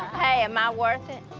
hey am i worth it?